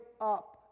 up